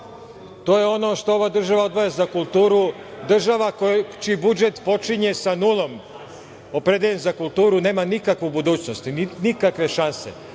To je ono što ova država odvaja za kulturu, država čiji budžet počinje sa nulom, opredeljen za kulturu nema nikakvu budućnost, nikakve šanse.